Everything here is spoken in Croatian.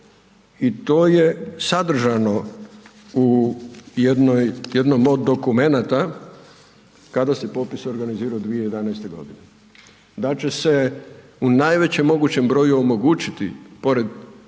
i to je sadržano u jednom od dokumenata kad se popis organizirao 2011. godine. Da će se u najvećem mogućem broju omogućiti pored